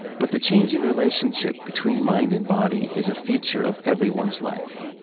but the changing relationship between mind and body is a feature of everyone's life.